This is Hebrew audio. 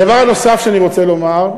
הדבר הנוסף שאני רוצה לומר,